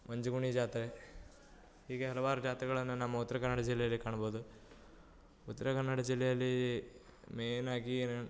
ಮಂಜುಗುಣಿ ಜಾತ್ರೆ ಹೀಗೆ ಹಲವಾರು ಜಾತ್ರೆಗಳನ್ನ ನಮ್ಮ ಉತ್ತರ ಕನ್ನಡ ಜಿಲ್ಲೆಯಲ್ಲಿ ಕಾಣ್ಬೋದು ಉತ್ತರ ಕನ್ನಡ ಜಿಲ್ಲೆಯಲ್ಲಿ ಮೇಯ್ನ್ ಆಗಿ